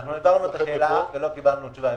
אנחנו העברנו את השאלה, ולא קיבלנו תשובה.